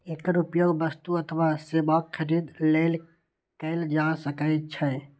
एकर उपयोग वस्तु अथवा सेवाक खरीद लेल कैल जा सकै छै